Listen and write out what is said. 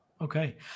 okay